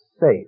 safe